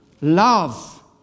Love